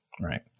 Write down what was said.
right